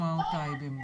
נעבור לדובר אחר.